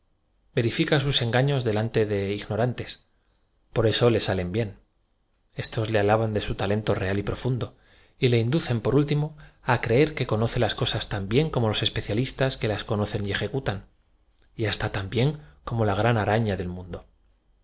sus engaos de lante de ignorantes por eso le salen bien éstos le a la ban de su talento rea l y profundo y le inducen por último á creer que conoce las cosas tan bien como los especialistas que las conocen y ejecutan y hasta tan bien como la gran araqa del mundo